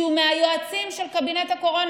שהוא מהיועצים של קבינט הקורונה,